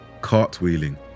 cartwheeling